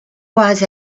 was